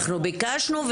אנחנו ביקשנו,